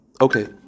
Okay